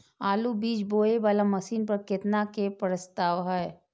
आलु बीज बोये वाला मशीन पर केतना के प्रस्ताव हय?